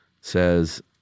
says